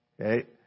Okay